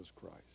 Christ